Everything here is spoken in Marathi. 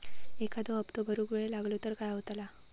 एखादो हप्तो भरुक वेळ लागलो तर काय होतला?